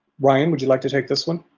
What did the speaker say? ryan would you like to take this one?